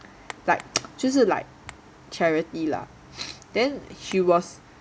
like 就是 like charity lah then she was